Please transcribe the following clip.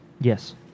Yes